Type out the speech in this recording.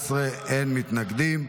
18, אין מתנגדים.